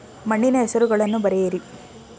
ಮಣ್ಣಿನ ಹೆಸರುಗಳನ್ನು ಬರೆಯಿರಿ